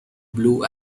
blue